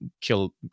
kill